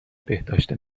بهداشت